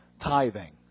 tithing